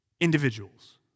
individuals